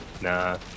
Nah